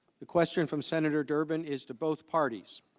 a question from senator durbin is to both parties